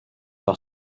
par